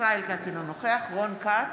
ישראל כץ, אינו נוכח רון כץ,